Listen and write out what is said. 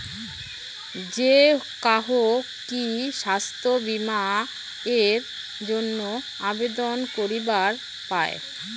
যে কাহো কি স্বাস্থ্য বীমা এর জইন্যে আবেদন করিবার পায়?